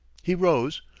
he rose,